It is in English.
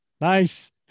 Nice